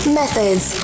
methods